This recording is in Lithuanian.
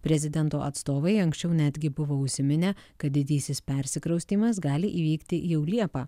prezidento atstovai anksčiau netgi buvo užsiminę kad didysis persikraustymas gali įvykti jau liepą